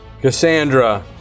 Cassandra